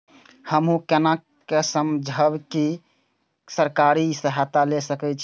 हमू केना समझ सके छी की सरकारी सहायता ले सके छी?